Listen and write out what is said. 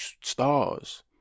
stars